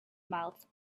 mouth